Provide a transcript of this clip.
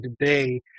today